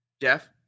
Jeff